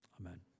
Amen